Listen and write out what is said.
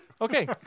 Okay